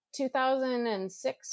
2006